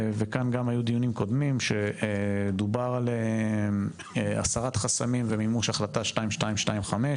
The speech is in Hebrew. וכאן גם היו דיונים קודמים שדובר על הסרת חסמים ומימוש החלטה 2225,